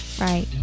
Right